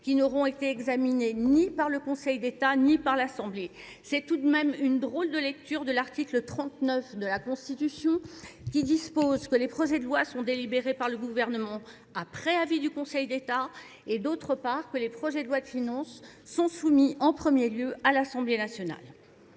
qui n'auront été examinés ni par le Conseil d'État ni par l'Assemblée. C'est tout de même une drôle de lecture de l'article 39 de la Constitution, qui dispose que les procès de loi sont délibérés par le gouvernement à préavis du Conseil d'État et d'autre part que les projets de loi de finances sont soumis en premier lieu à l'Assemblée nationale.